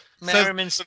Merriman